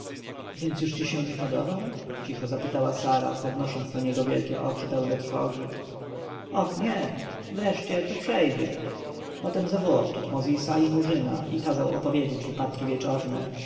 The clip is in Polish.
więc już ci się nie podobam cicho zapytała sara podnosząc na niego wielkie oczy pełne trwogi och nie wreszcie to przejdzie potem zawołał tutmozisa i murzyna i kazał opowiedzieć wypadki wieczorne